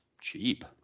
cheap